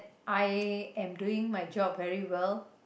I am doing my job very well